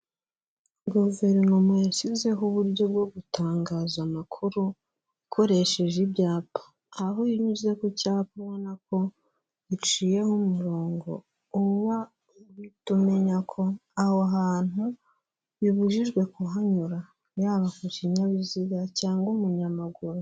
Guverinoma yashyizeho uburyo bwo gutangaza amakuru, ukoresheje ibyapa, aho binyuze ku cyapa ubona ko biciyeho umurongo, uhita umenya ko aho hantu bibujijwe kuhanyura, yaba ku kinyabiziga cyangwa umunyamaguru.